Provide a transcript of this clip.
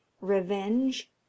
revenge